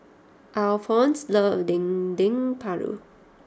Alphonse loves Dendeng Paru